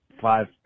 five